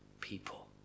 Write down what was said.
people